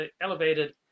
elevated